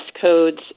codes